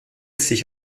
sich